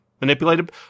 manipulated